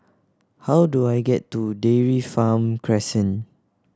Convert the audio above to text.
how do I get to Dairy Farm Crescent